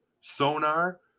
Sonar